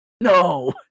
No